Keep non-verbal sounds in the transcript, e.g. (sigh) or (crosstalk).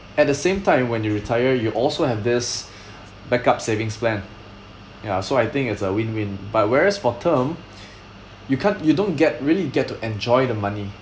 at the same time when you retire you also have this (breath) backup savings plan ya so I think it's a win win but whereas for term (breath) you can't you don't get really get to enjoy the money